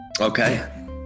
Okay